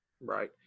Right